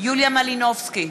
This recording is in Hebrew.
יוליה מלינובסקי,